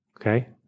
okay